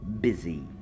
busy